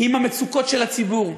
עם המצוקות של הציבור.